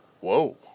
Whoa